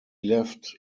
left